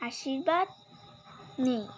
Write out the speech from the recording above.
আশীর্বাদ নেই